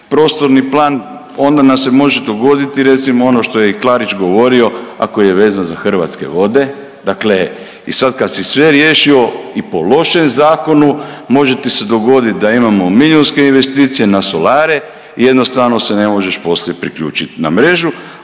prostorni plan onda nam se može dogoditi recimo ono što je Klarić govorio, a koji je vezan za Hrvatske vode, dakle i sad kad si sve riješio i po lošem zakonu može ti se dogodit da imamo miljunske investicije na solare i jednostavno ne možeš poslije priključit na mrežu,